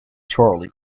charlie